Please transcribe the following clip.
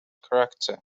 character